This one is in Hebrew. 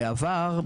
בעבר,